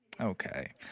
Okay